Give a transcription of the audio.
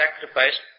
sacrifice